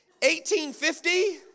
1850